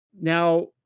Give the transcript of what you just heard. Now